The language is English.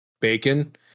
bacon